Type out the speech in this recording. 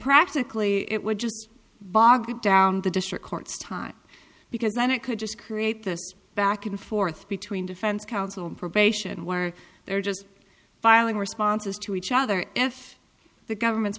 practically it would just bog down the district court's time because then it could just create this back and forth between defense counsel probation where they're just filing responses to each other if the government's